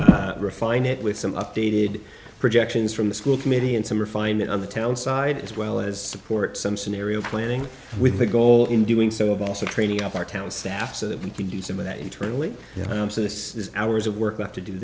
help refine it with some updated projections from the school committee and some refinement on the town side as well as support some scenario planning with the goal in doing so of also training of our town staff so that we can do some of that internally so this is hours of work to do